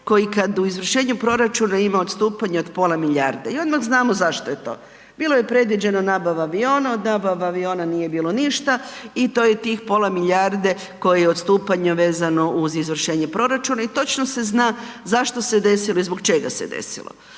koje kad u izvršenju proračuna ima odstupanja od pola milijarde i odmah znamo zašto je to. Bilo je predviđeno nabava aviona, od nabava aviona nije bilo ništa i to je tih pola milijarde koji je odstupanje vezano uz izvršenje proračuna i točno se zna zašto se desilo i zbog čega se desilo.